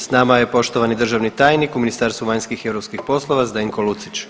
S nama je poštovani državni tajnik u Ministarstvu vanjskih i europskih poslova, Zdenko Lucić.